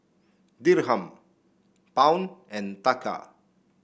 Dirham Pound and Taka